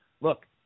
Look